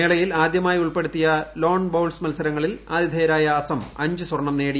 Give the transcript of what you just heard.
മേളയിൽ ആദ്യമായി ഉൾപ്പെടുത്തിയ ലോൺ ബൌൾസ് മത്സരങ്ങളിൽ ആതിഥേയരായ അസം അഞ്ച് സ്വർണ്ണം നേടി